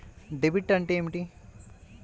Debit అంటే ఏమిటి?